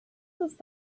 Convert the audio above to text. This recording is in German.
ist